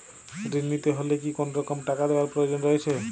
ঋণ নিতে হলে কি কোনরকম টাকা দেওয়ার প্রয়োজন রয়েছে?